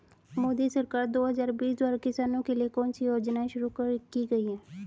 मोदी सरकार दो हज़ार बीस द्वारा किसानों के लिए कौन सी योजनाएं शुरू की गई हैं?